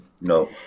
No